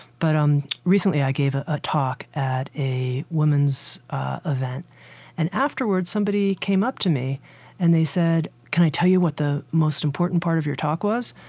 but um recently, i gave a ah talk at a woman's event and afterwards somebody came up to me and they said, can i tell you what the most important part of your talk was?